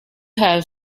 have